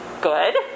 good